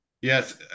yes